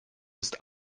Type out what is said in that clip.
ist